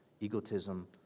Egotism